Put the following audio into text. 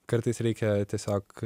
kartais reikia tiesiog